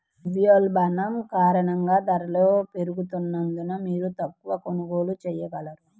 ద్రవ్యోల్బణం కారణంగా ధరలు పెరుగుతున్నందున, మీరు తక్కువ కొనుగోళ్ళు చేయగలరు